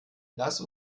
lass